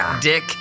dick